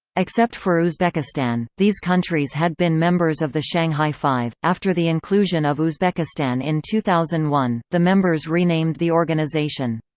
except for uzbekistan, these countries had been members of the shanghai five after the inclusion of uzbekistan in two thousand and one, the members renamed the organization.